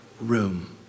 room